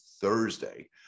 Thursday